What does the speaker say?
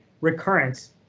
recurrence